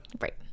right